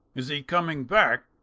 is he coming back?